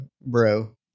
bro